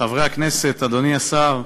חברי הכנסת, אדוני השר,